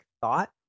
Thought